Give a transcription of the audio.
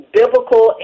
biblical